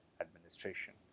administration